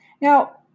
Now